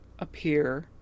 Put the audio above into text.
Appear